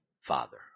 father